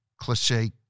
cliche